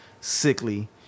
sickly